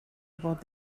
about